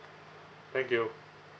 thank you